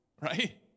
right